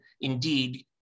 indeed